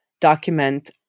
document